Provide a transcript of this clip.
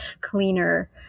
cleaner